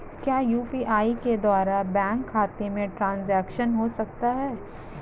क्या यू.पी.आई के द्वारा बैंक खाते में ट्रैन्ज़ैक्शन हो सकता है?